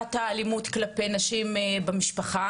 מגפת האלימות כלפי נשים במשפחה.